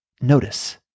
notice